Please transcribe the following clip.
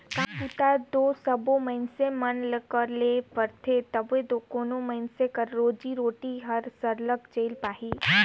काम बूता दो सबे मइनसे मन ल करे ले परथे तबे दो कोनो मइनसे कर रोजी रोटी हर सरलग चइल पाही